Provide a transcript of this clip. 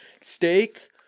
steak